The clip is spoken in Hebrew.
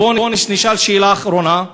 בואו נשאל שאלה אחרונה,